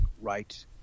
right